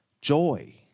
joy